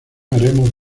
haremos